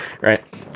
right